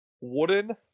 Wooden